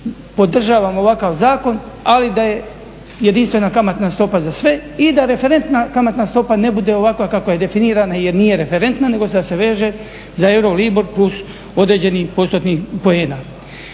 podržavamo ovakav zakon ali da je jedinstvena kamatna stopa za sve i da referentna kamatna stopa ne bude ovakva kakva je definirana, jer nije referentna nego da se veže za Euro LIBOR plus određenih postotnih poena.